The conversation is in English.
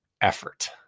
effort